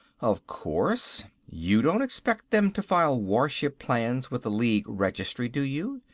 of course. you don't expect them to file warship plans with the league registry, do you?